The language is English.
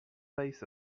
base